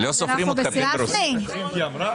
רוויזיה.